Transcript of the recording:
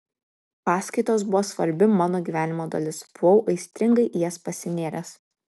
paskaitos buvo svarbi mano gyvenimo dalis buvau aistringai į jas pasinėręs